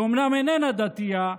היא אומנם איננה דתייה,